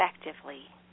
effectively